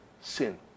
sin